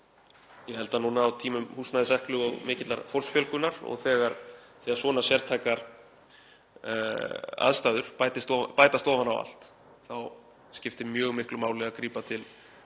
Ég held að núna á tímum húsnæðiseklu og mikillar fólksfjölgunar og þegar svona sértækar aðstæður bætist ofan á allt þá skipti mjög miklu máli að grípa til